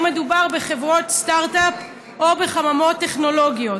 מדובר בחברות סטרט-אפ או בחממות טכנולוגיות,